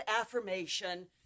affirmation